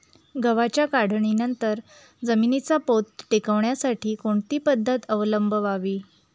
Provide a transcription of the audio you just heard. गव्हाच्या काढणीनंतर जमिनीचा पोत टिकवण्यासाठी कोणती पद्धत अवलंबवावी?